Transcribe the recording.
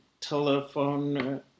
telephone